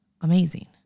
amazing